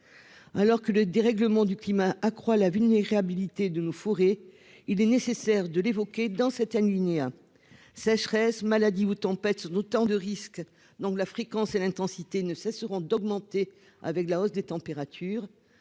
alors que le dérèglement du climat accroît la vulnérabilité de nos fourrer. Il est nécessaire de l'évoquer dans cet alinéa. Sécheresse maladies ou tempête autant de risques donc la fréquence et l'intensité ne cesseront d'augmenter avec la hausse des températures.